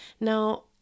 Now